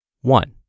One